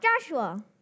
Joshua